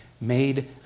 made